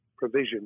provision